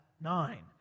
Nine